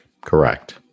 Correct